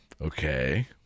Okay